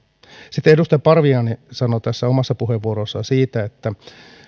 sitten edustaja parviainen sanoi tässä omassa puheenvuorossaan siitä että